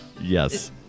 Yes